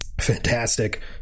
fantastic